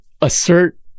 assert